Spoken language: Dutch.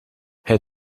hij